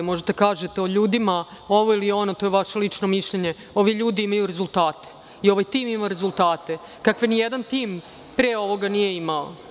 Možete da kažete o ljudima ovo ili ono, to je vaše lično mišljenje, ovi ljudi imaju rezultate i ovaj tim ima rezultate kakve nijedan tim pre ovoga nije imao.